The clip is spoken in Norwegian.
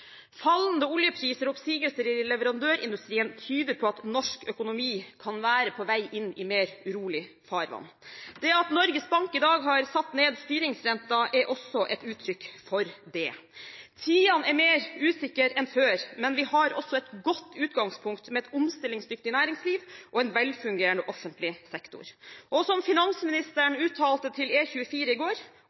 Fallende oljepriser og oppsigelser i leverandørindustrien tyder på at norsk økonomi kan være på vei inn i mer urolig farvann. At Norges Bank i dag har satt ned styringsrenten, er også et uttrykk for det. Tidene er mer usikre enn før, men vi har også et godt utgangspunkt, med et omstillingsdyktig næringsliv og en velfungerende offentlig sektor. Og som finansministeren uttalte til E24 i går: